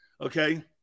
Okay